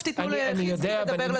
תיכף תתנו לסגן שלי לדבר,